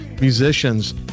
musicians